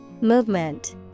Movement